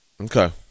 Okay